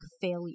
failure